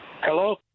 Hello